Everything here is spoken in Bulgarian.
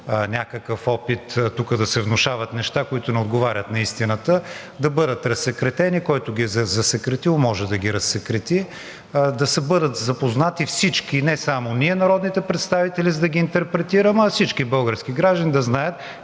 някакъв опит тук да се внушават неща, които не отговарят на истината, да бъдат разсекретени, който ги е засекретил, може да ги разсекрети, да бъдат запознати всички – не само ние, народните представители, за да ги интерпретираме, а всички български граждани да знаят